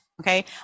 Okay